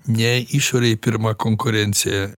ne išorėj pirma konkurencija